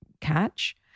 catch